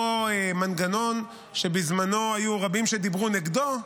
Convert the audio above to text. אותו מנגנון שבזמנו היו רבים שדיברו נגדו,